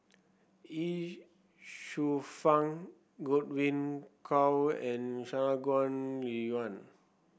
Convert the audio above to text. Ye Shufang Godwin Koay and Shangguan Liuyun